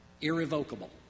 Irrevocable